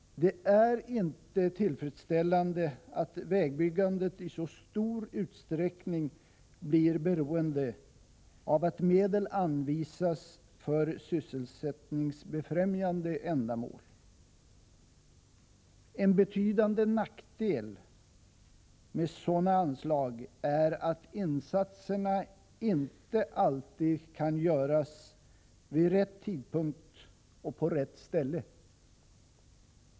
Det är inte tillfredsställande att vägbyggandet i så stor utsträckning blir beroende av att medel anvisas för sysselsättningsbefrämjande ändamål. En betydande nackdel med sådana anslag är att insatserna inte alltid kan göras vid rätt tidpunkt och på rätt ställe.